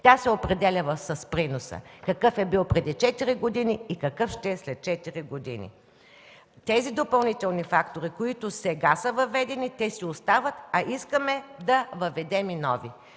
Тя се определя с приноса – какъв е бил преди четири години и какъв ще е след четири години. Тези допълнителни фактори, които сега са въведени, си остават. Искаме да въведем и нови.